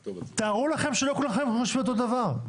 תארו לכם שלא כולם חושבים אותו דבר.